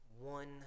one